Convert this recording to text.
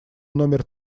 номер